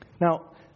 Now